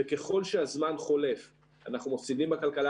וככל שהזמן חולף אנחנו מפסידים בכלכלה,